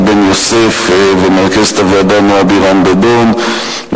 בן-יוסף ומרכזת הוועדה נועה בירן-דדון,